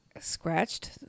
scratched